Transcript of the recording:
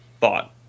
thought